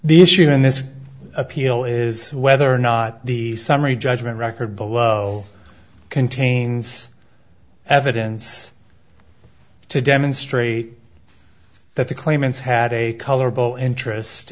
the issue in this appeal is whether or not the summary judgment record below contains evidence to demonstrate that the claimants had a colorable interest